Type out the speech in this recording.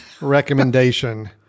recommendation